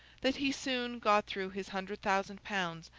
that he soon got through his hundred thousand pounds,